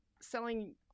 selling